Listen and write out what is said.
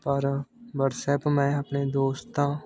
ਪਰ ਵਟਸਐਪ ਮੈਂ ਆਪਣੇ ਦੋਸਤਾਂ